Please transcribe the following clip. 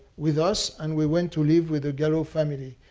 with us. and we went to live with the galop family.